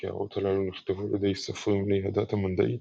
הקערות הללו נכתבו על ידי סופרים בני הדת המנדעית,